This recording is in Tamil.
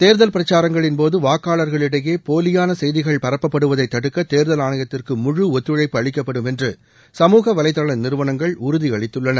தேர்தல் பிரச்சாரங்களின்போது வாக்காளர்களிடையே போலியான செய்திகள் பரப்பப்படுவதை தடுக்க தேர்தல் ஆணையத்திற்கு முழு ஒத்துழைப்பு அளிக்கப்படும் என்று சமூகவலைதள நிறுவனங்கள் உறுதியளித்துள்ளன